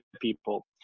people